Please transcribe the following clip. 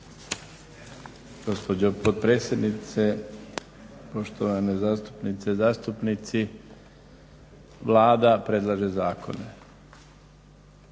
Gospođo potpredsjedniče, poštovane zastupnice i zastupnici Vlada predlaže zakone.